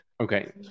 Okay